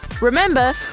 Remember